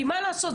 מה לעשות,